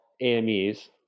AMEs